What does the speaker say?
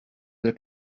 del